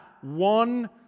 one